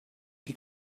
die